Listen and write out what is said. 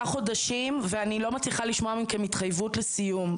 חודשים ואני לא מצליחה לשמוע מכם התחייבות לסיום,